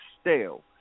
stale